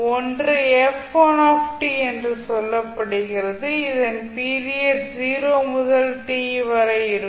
ஒன்று என்று சொல்லப்படுகிறது இதன் 0 முதல் t வரை இருக்கும்